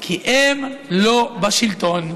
כי הם לא בשלטון.